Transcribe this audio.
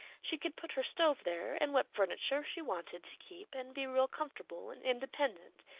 she could put her stove there and what furniture she wanted to keep, and be real comfortable and independent.